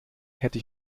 hätte